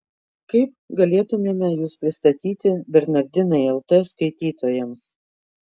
kaip galėtumėme jus pristatyti bernardinai lt skaitytojams